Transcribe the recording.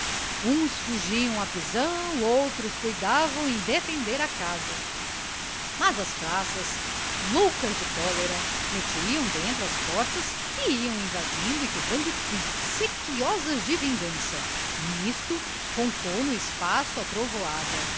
uns fugiam à prisão outros cuidavam em defender a casa mas as praças loucas de cólera metiam dentro as portas e iam invadindo e quebrando tudo sequiosas de vingança nisto roncou no espaço a trovoada